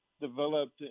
developed